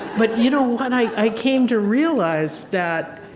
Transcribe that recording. but you know when i i came to realize that